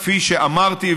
כפי שאמרתי,